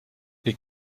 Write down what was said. les